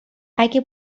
اگه